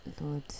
Lord